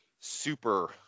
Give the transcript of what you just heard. super